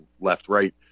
left-right